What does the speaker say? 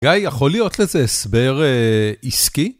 גיא, יכול להיות לזה הסבר עסקי?